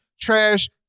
trash